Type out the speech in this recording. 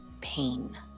pain